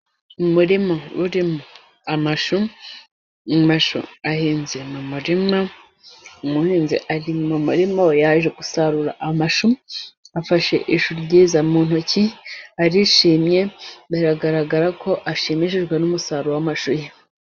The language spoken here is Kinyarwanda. Umurima urimo amashu, amashu ahinze mu murima umuhinzi ari mu murima we yaje gusarura amashu. Afashe ishu ryiza mu ntoki arishimye biragaragara ko ashimishijwe n'umusaruro w'amashu ye.